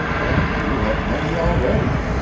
and you have many, already.